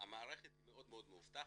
המערכת מאוד מאובטחת,